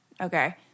Okay